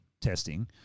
testing